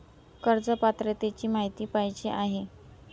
कर्ज पात्रतेची माहिती पाहिजे आहे?